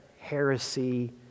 heresy